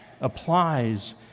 applies